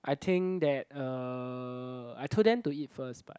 I think that uh I told them to eat first but